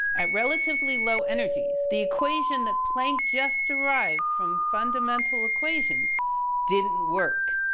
at relatively low energies, the equation that planck just arrived from fundamental equations didn't work.